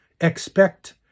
expect